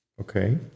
Okay